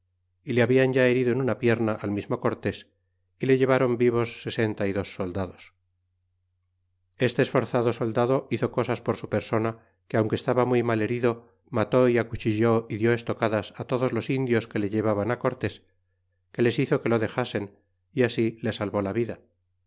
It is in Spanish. é le hablan ya herido en una pierna al mismo cortés y le llevron vivos sesenta y dos soldados este esforzado soldado hizo cosas por su persona que aunque estaba muy mal herido mató e acuchilló é dió estocadas todos los indios que le llevaban cortés que les hizo que lo desasen é así le salvé la vida